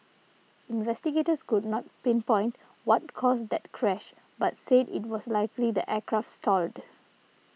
investigators could not pinpoint what caused that crash but said it was likely the aircraft stalled